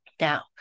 Now